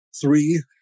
three